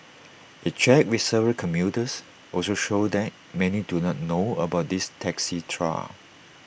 A check with several commuters also showed that many do not know about this taxi trial